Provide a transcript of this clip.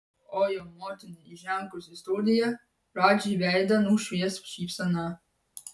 o jo motinai įžengus į studiją radži veidą nušvies šypsena